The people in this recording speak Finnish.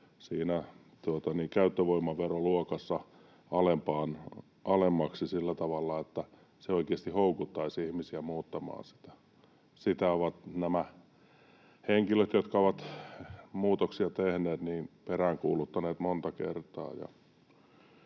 käyttövoimaveroluokassa alemmaksi sillä tavalla, että se oikeasti houkuttaisi ihmisiä muuttamaan sitä. Sitä ovat nämä henkilöt, jotka ovat muutoksia tehneet, peräänkuuluttaneet monta kertaa.